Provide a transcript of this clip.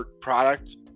product